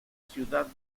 ciudad